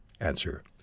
Answer